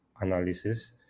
analysis